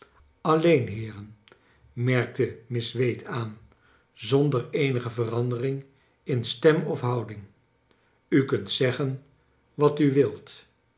alleen heeren merkte miss wade aan zonder eenige verandering in stem of houding u kunt zeggen wat u wilt